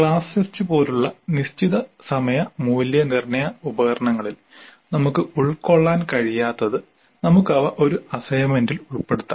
class test പോലുള്ള നിശ്ചിത സമയ മൂല്യനിർണ്ണയ ഉപകരണങ്ങളിൽ നമുക്ക് ഉൾക്കൊള്ളാൻ കഴിയാത്തത് നമുക്ക് അവ ഒരു അസൈൻമെന്റിൽ ഉൾപ്പെടുത്താം